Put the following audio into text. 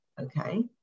Okay